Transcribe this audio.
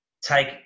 take